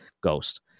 ghost